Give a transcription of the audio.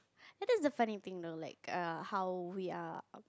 that is the funny thing though that like err how we are